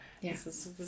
yes